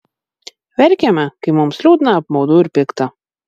verkiame kai mums liūdna apmaudu ir pikta